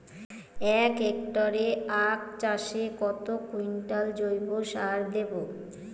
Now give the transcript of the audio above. এক হেক্টরে আখ চাষে কত কুইন্টাল জৈবসার দেবো?